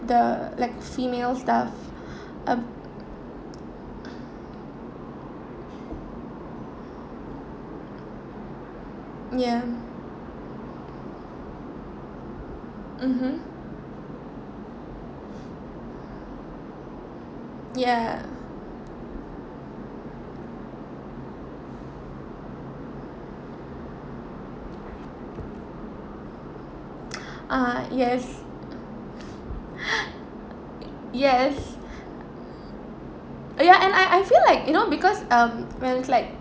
the like female's stuff the ya mmhmm ya ah yes yes ya and I I I feel like you know because um when it's like